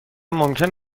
ممکن